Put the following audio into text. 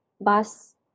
bus